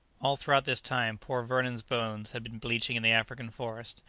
all throughout this time poor vernon's bones had been bleaching in the african forest,